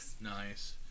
Nice